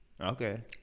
okay